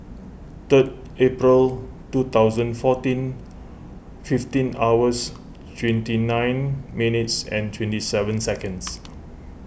third April two thousand fourteen fifteen hours twenty nine minutes and twenty seven seconds